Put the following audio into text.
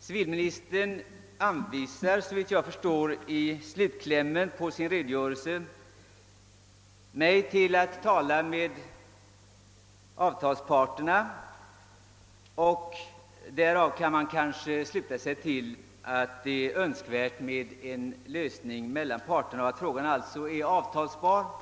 Civilministern anvisar, såvitt jag förstår, i slutklämmen på sin redogörelse mig att tala med avtalsparterna. Därav kan man kanske sluta sig till att det är önskvärt med en sådan lösning mellan parterna att båda kan acceptera den och. att frågan alltså kan avgöras genom avtal.